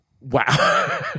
Wow